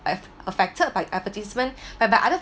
af~ affected by advertisement but by other